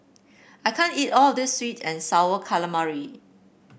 I can't eat all of this sweet and sour calamari